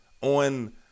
on –